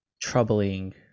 troubling